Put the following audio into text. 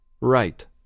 Right